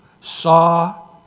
saw